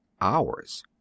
hours